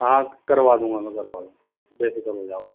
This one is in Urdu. ہاں کروا دوں گا میں کروا دوں بے فکر ہو جاؤ